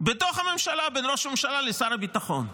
בתוך הממשלה, בין ראש הממשלה לשר הביטחון.